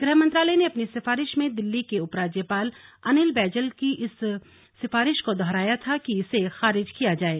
गृह मंत्रालय ने अपनी सिफारिश में दिल्ली के उपराज्यपाल अनिल बैजल की उस सिफारिश को दोहराया था कि इसे खारिज किया जाये